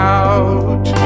out